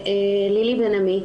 ולילי בן עמי,